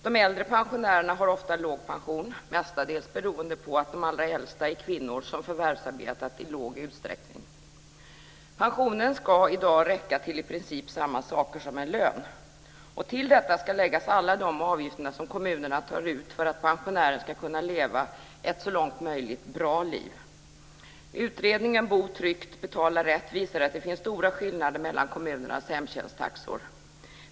De äldre pensionärerna har ofta låg pension, mestadels beroende på att de allra äldsta är kvinnor som förvärvsarbetat i låg utsträckning. Pensionen ska i dag räcka till i princip samma saker som en lön. Till detta ska läggas alla de avgifter som kommunerna tar ut för att pensionären ska kunna leva ett - så långt möjligt - bra liv. Utredningen Bo tryggt - betala rätt visade att det finns stora skillnader mellan kommunernas hemtjänsttaxor.